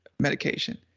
medication